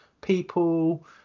people